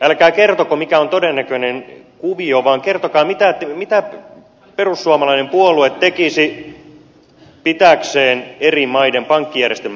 älkää kertoko mikä on todennäköinen kuvio vaan kertokaa mitä perussuomalainen puolue tekisi pitääkseen eri maiden pankkijärjestelmän pystyssä